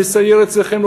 נסייר אצלכם,